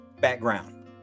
background